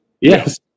Yes